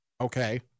Okay